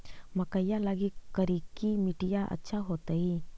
मकईया लगी करिकी मिट्टियां अच्छा होतई